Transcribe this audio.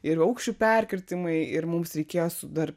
ir aukščių perkirtimai ir mums reikėjo su dar